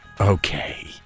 Okay